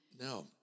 No